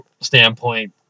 standpoint